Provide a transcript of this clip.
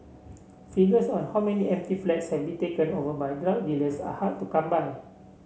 figures on how many empty flats have been taken over by drug dealers are hard to come by